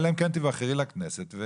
אלא אם תיבחרי לכנסת.